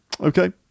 okay